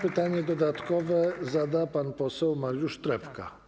Pytanie dodatkowe zada pan poseł Mariusz Trepka.